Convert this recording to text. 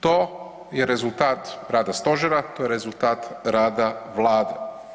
To je rezultat rada Stožera, to je rezultat rada Vlade.